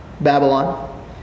Babylon